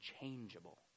unchangeable